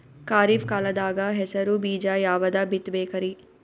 ಖರೀಪ್ ಕಾಲದಾಗ ಹೆಸರು ಬೀಜ ಯಾವದು ಬಿತ್ ಬೇಕರಿ?